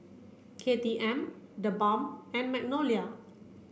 K T M TheBalm and Magnolia